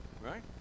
right